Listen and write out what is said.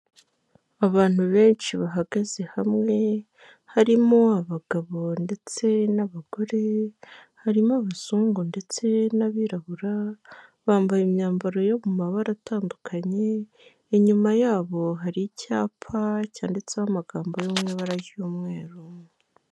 Abantu benshi bahagaze hamwe, harimo abagabo ndetse n'abagore, harimo abazungu ndetse n'abirabura, bambaye imyambaro yo mu mabara atandukanye, inyuma yabo hari icyapa cyanditseho amagambo yo mu ibara ry'umweru.